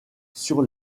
sur